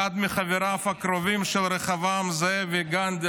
אחד מחבריו הקרובים של רחבעם זאבי גנדי,